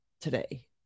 today